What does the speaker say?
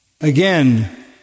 Again